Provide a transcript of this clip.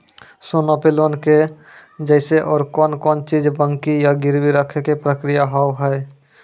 सोना पे लोन के जैसे और कौन कौन चीज बंकी या गिरवी रखे के प्रक्रिया हाव हाय?